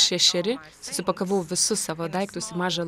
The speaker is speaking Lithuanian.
šešeri susipakavau visus savo daiktus į mažą